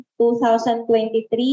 2023